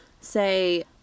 say